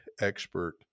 expert